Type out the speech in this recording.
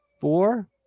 Four